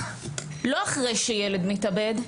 לא אחרי שילד מתאבד,